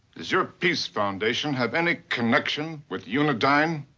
does your peace foundation have any connection with unidyne?